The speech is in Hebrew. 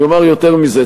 אני אומר יותר מזה,